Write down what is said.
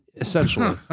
Essentially